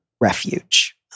refuge